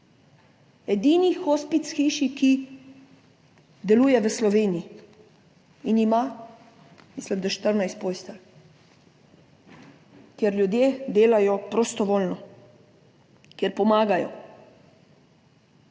edini hospic v hiši, ki deluje v Sloveniji in ima, mislim da 14 postelj, kjer ljudje delajo prostovoljno, kjer pomagajo.